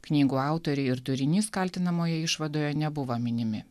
knygų autoriai ir turinys kaltinamoje išvadoje nebuvo minimi